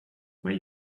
where